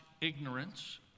ignorance